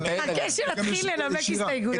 ולצערי,